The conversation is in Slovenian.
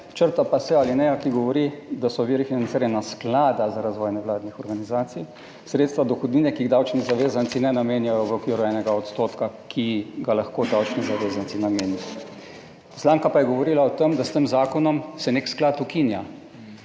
črta pa se alineja, ki govori, da so viri financiranja Sklada za razvoj nevladnih organizacij, sredstva dohodnine, ki jih davčni zavezanci ne namenjajo v okviru enega odstotka, ki ga lahko davčni zavezanci namenijo poslanka pa je govorila o tem, da s tem zakonom se nek sklad ukinja